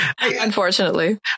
unfortunately